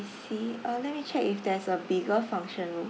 see uh let me check if there's a bigger function room